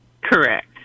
Correct